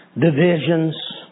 divisions